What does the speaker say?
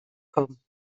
kommen